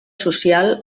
social